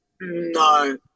no